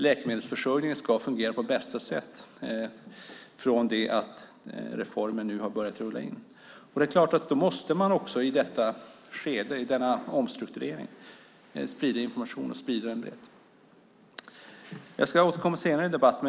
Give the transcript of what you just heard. Läkemedelsförsörjningen ska fungera på bästa sätt i och med att reformen börjat genomföras. I samband med denna omstrukturering måste man självfallet också sprida information.